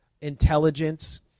intelligence